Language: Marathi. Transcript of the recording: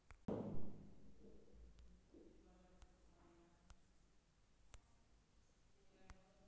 देशात सध्या असलेले कृषी शास्त्रज्ञ हे कृषी शिक्षणाचाच फळ आसत